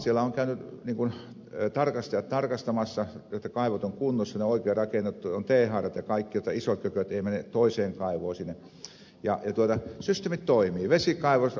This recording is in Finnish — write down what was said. siellä ovat käyneet tarkastajat tarkastamassa jotta kaivot ovat kunnossa ne on oikein rakennettu on t haarat ja kaikki jotta isot kököt eivät mene toiseen kaivoon ja systeemit toimivat